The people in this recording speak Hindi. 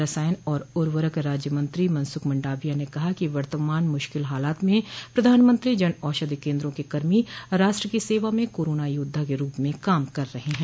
रसायन और उर्वरक राज्य मंत्री मनसुख मंडाविया ने कहा कि वर्तमान मुश्किल हालात में प्रधानमंत्री जन औषधि केन्द्रों के कर्मी राष्ट्र की सेवा में कोरोना योद्वा के रूप में काम कर रहे हैं